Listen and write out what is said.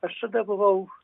aš tada buvau